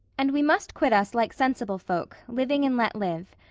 and we must quit us like sensible folk, living and let live.